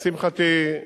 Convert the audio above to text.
לשמחתי,